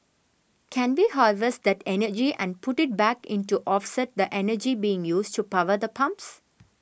can we harvest that energy and put it back in to offset the energy being used to power the pumps